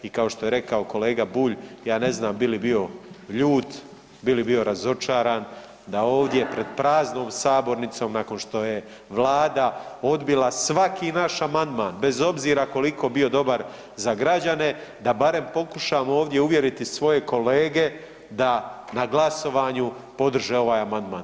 I kao što je rekao kolega Bulj, ja ne znam bi li bio ljut, bi li bio razočaran da ovdje pred praznom sabornicom nakon što je Vlada odbila svaki naš amandman bez obzira koliko bio dobar za građane da barem pokušamo ovdje uvjeriti svoje kolege da na glasovanju podrže ovaj amandman.